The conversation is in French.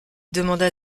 demanda